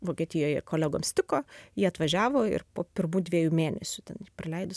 vokietijoje kolegoms tiko ji atvažiavo ir po pirmų dviejų mėnesių ten praleidus